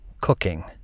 cooking